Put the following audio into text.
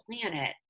planet